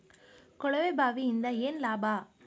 ಕೊಳವೆ ಬಾವಿಯಿಂದ ಏನ್ ಲಾಭಾ?